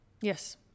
Yes